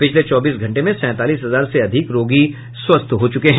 पिछले चौबीस घंटे में सैंतालीस हजार से अधिक रोगी स्वस्थ हुए हैं